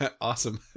Awesome